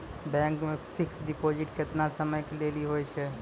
Bank मे fixed deposit केतना समय के लेली होय छै?